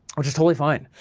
which is totally fine.